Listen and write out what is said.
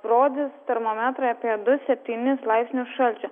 rodys termometrai apie du septynis laipsnius šalčio